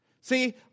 See